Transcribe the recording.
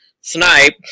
Snipe